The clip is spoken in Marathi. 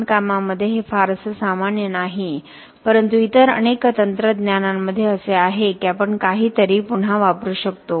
बांधकामामध्ये हे फारसे सामान्य नाही परंतु इतर अनेक तंत्रज्ञानामध्ये असे आहे की आपण काहीतरी पुन्हा वापरू शकता